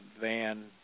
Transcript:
van